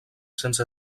sense